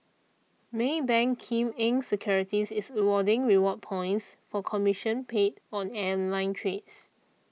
Maybank Kim Eng Securities is awarding reward points for commission paid on online trades